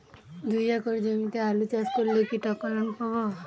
দুই একর জমিতে আলু চাষ করলে কি টাকা লোন পাবো?